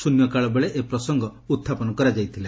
ଶ୍ରନ୍ୟକାଳ ବେଳେ ଏ ପ୍ରସଙ୍ଗ ଉତ୍ଥାପନ କରାଯାଇଥିଲା